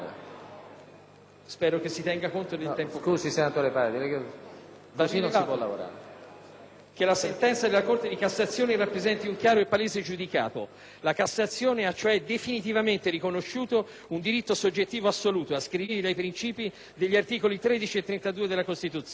Va rilevato, viceversa, che la sentenza della Corte di cassazione rappresenti un chiaro e palese giudicato: la Cassazione ha cioè "definitivamente" riconosciuto un diritto soggettivo assoluto, ascrivibile ai principi degli articoli 13 e 32 della Costituzione.